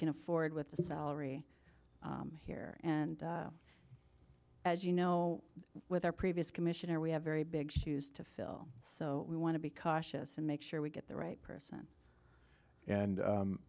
can afford with the salary here and as you know with our previous commissioner we have very big shoes to fill so we want to be cautious and make sure we get the right person and